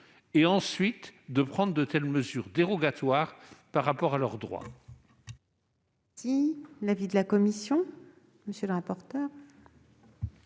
ensuite, prendre de telles mesures dérogatoires par rapport à leurs droits.